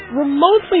remotely